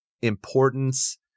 importance